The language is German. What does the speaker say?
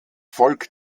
volk